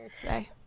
today